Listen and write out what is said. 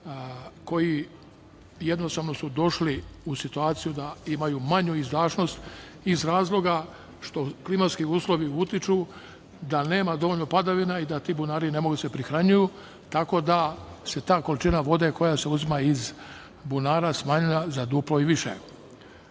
koji jednostavno su došli u situaciju da imaju manju izdašnost iz razloga što klimatski uslovi utiču da nema dovoljno padavina i da ti bunari ne mogu da se prihranjuju, tako da se ta količina vode koja se uzima iz bunara smanjila za duplo i više. Da